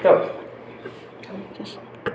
औ जासिगोन